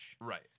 Right